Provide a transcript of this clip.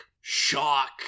shock